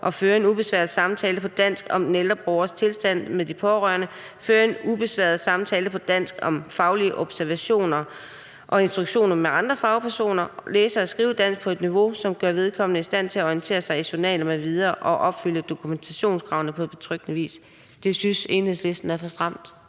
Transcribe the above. kan føre en ubesværet samtale på dansk om den ældre borgers tilstand med de pårørende, føre en ubesværet samtale på dansk om faglige observationer og instruktioner med andre fagpersoner; og at man kan læse og skrive dansk på et niveau, som gør vedkommende i stand til at orientere sig i journaler m.v. og opfylde dokumentationskravene på betryggende vis. Kl. 16:08 Den fg. formand